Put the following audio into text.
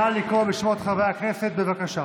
נא לקרוא בשמות חברי הכנסת, בבקשה.